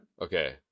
okay